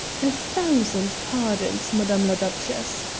a thousand pardons, madame la duchesse,